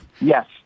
Yes